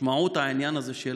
משמעות העניין הזה של